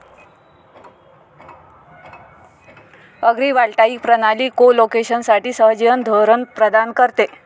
agrivoltaic प्रणाली कोलोकेशनसाठी सहजीवन धोरण प्रदान करते